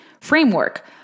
framework